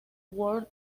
world